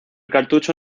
cartucho